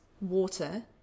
water